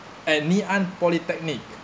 at ngee ann polytechnic